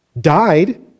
died